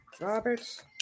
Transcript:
Robert